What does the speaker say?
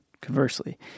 conversely